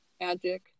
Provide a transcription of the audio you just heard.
magic